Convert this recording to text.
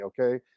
Okay